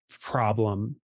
problem